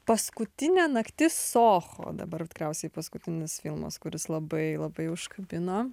paskutinė naktis socho tikriausiai paskutinis filmas kuris labai labai užkabino